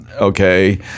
okay